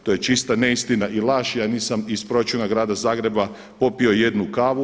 To je čista neistina i laž. ja nisam iz proračuna Grada Zagreba popio jednu kavu.